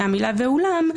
שזה מהמילה "ואולם",